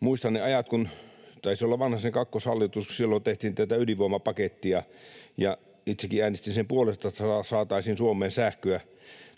muistan ne ajat, kun taisi olla Vanhasen kakkoshallitus ja tehtiin ydinvoimapakettia. Itsekin äänestin sen puolesta, että saataisiin Suomeen sähköä.